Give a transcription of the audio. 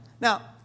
Now